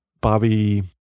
Bobby